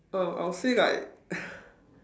oh I'll say like